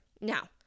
Now